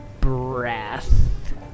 breath